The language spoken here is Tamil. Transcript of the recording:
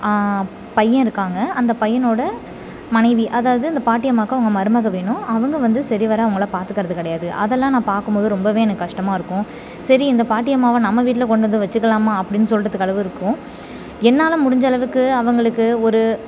பையன் இருக்காங்க அந்த பையனோட மனைவி அதாவது அந்த பாட்டியம்மாவிக்கு அவங்க மருமகள் வேணும் அவங்க வந்து சரிவர அவங்களை பார்த்துக்கறது கிடையாது அதெல்லாம் நான் பார்க்கும்போது ரொம்பவே எனக்கு கஷ்டமாக இருக்கும் சரி இந்த பாட்டியம்மாவை நம் வீட்டில் கொண்டு வந்து வச்சுக்கலாமா அப்படின்னு சொல்றதுக்கு அளவு இருக்கும் என்னால் முடிஞ்சளவுக்கு அவர்களுக்கு ஒரு